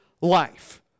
life